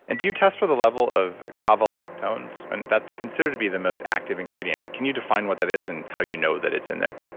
and do you test for the level of kavalactones? and that's considered to be the most active ingredient. can you define what that is and how you know that it's in there?